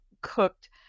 cooked